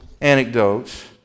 anecdotes